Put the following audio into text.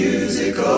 Music